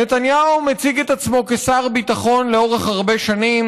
נתניהו מציג את עצמו כמר ביטחון לאורך הרבה שנים,